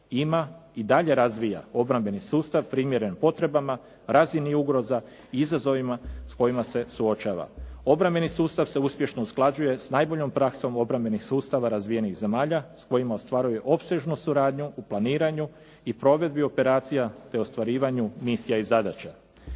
ima i dalje razvija obrambeni sustav primjeren potrebama, razini ugorza i izazovima s kojima se suočava. Obrambeni sustav se uspješno usklađuje s najboljom praksom obrambenih sustava razvijenih zemalja s kojima ostvaruje opsežnu suradnju u planiranju i provedbi operacija, te ostvarivanju misija i zadaća.